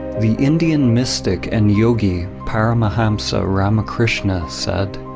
the indian mystic and yogi paramahamsa ramakrishna said